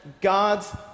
God's